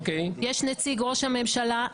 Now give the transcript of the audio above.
יש נציג ראש הממשלה,